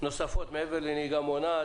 נוספות מעבר לנהיגה מונעת,